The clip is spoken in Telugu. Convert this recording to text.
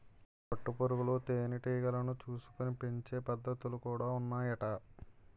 పట్టు పురుగులు తేనె టీగలను చూసుకొని పెంచే పద్ధతులు కూడా ఉన్నాయట